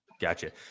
gotcha